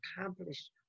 accomplished